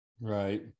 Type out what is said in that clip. Right